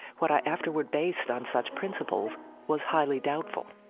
what i afterward based on such principles was highly doubtful.